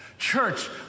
Church